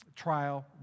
trial